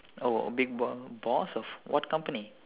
oh a big bo~ boss of what company